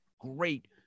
great